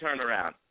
turnaround